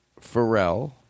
Pharrell